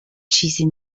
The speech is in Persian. چیزی